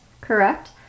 correct